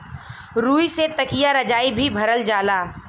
रुई से तकिया रजाई भी भरल जाला